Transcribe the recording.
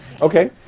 Okay